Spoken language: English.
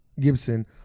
Gibson